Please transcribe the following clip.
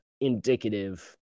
indicative